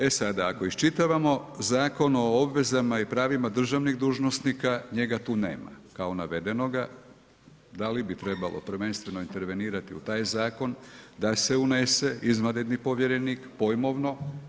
E sada, ako iščitavamo Zakon o obvezama i pravima državnih dužnosnika, njega tu nema kao navedenoga, da li bi trebalo prvenstveno intervenirati u taj zakon da se unese izvanredni povjerenik pojmovno?